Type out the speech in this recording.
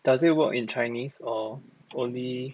does it work in chinese or only